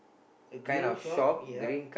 the grand shop yep